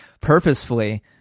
purposefully